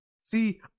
See